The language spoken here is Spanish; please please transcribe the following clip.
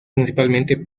principalmente